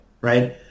right